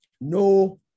no